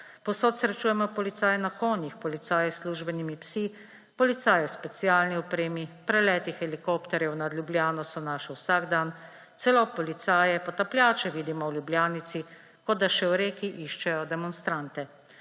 povsod srečujemo policaje na konjih, policaje s službenimi psi, policaje v specialni opremi, preleti helikopterjev nad Ljubljano so naš vsakdan, celo policaje potapljače vidimo v Ljubljanici, kot da še v reki iščejo demonstrante.